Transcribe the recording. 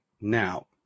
Now